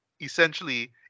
essentially